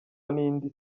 n’indi